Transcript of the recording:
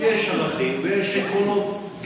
יש ערכים ויש עקרונות.